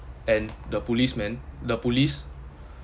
and the policemen the police